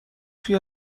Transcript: توی